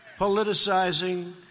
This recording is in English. politicizing